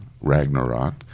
Ragnarok